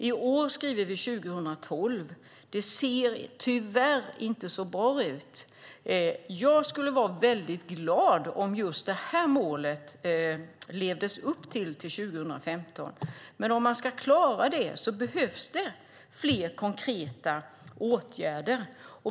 I år skriver vi 2012, och det ser tyvärr inte så bra ut. Jag skulle bli väldigt glad om just detta mål nåddes till 2015. Men om vi ska klara det behövs det fler konkreta åtgärder.